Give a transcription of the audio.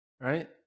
Right